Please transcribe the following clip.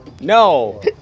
No